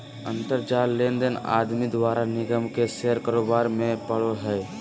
अंतर जाल लेनदेन आदमी द्वारा निगम के शेयर कारोबार में करे पड़ो हइ